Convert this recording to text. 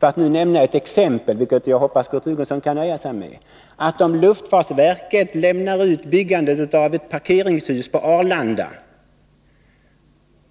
Låt mig nämna ett exempel, vilket jag hoppas att Kurt Hugosson kan nöja sig med: Om luftfartsverket lämnar ut byggandet av ett parkeringshus på Arlanda